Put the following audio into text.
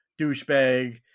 douchebag